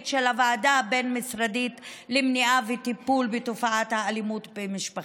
של הוועדה הבין-משרדית למניעה וטיפול בתופעת האלימות במשפחה,